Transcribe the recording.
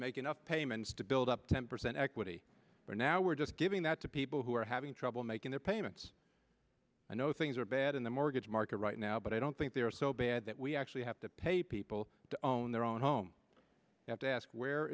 enough payment to build up ten percent equity but now we're just giving that to people who are having trouble making their payments i know things are bad in the mortgage market right now but i don't think they are so bad that we actually have to pay people to own their own home have to ask where